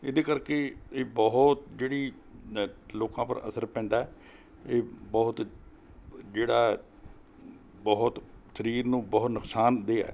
ਇਹਦੇ ਕਰਕੇ ਇਹ ਬਹੁਤ ਜਿਹੜੀ ਲੋਕਾਂ ਪਰ ਅਸਰ ਪੈਂਦਾ ਇਹ ਬਹੁਤ ਜਿਹੜਾ ਬਹੁਤ ਸਰੀਰ ਨੂੰ ਬਹੁਤ ਨੁਕਸਾਨਦੇਹ ਹੈ